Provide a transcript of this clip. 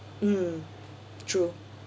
mm true ya